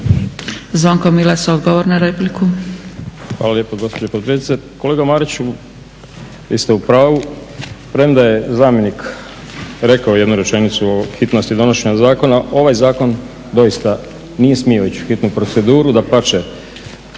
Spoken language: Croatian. **Milas, Zvonko (HDZ)** Hvala lijepo gospođo potpredsjednice. Kolega Mariću, vi ste u pravu, premda je zamjenik rekao jednu rečenicu o hitnosti donošenje zakona. Ovaj zakon doista nije smio ići u hitnu proceduru, dapače